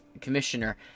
commissioner